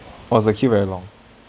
oh is the queue very long